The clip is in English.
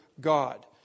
God